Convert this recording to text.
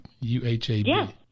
U-H-A-B